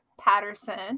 Patterson